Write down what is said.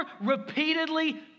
repeatedly